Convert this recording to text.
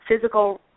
physical